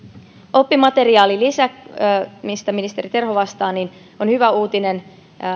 oppimateriaalilisä mistä ministeri terho vastaa on hyvä uutinen